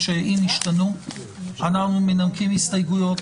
אנחנו מנמקים הסתייגויות,